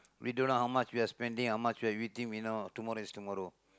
we don't know how much we are spending how much we are eating we know tomorrow is tomorrow